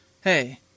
Hey